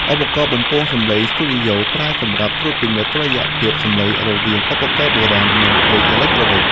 ឧបករណ៍បំពងសំឡេងស្ទីឌីយ៉ូ ប្រើសម្រាប់ត្រួតពិនិត្យតុល្យភាពសំឡេងរវាងឧបករណ៍បុរាណ និងភ្លេងអេឡិចត្រូនិក។